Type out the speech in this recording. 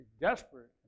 desperate